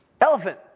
Elephant